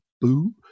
boo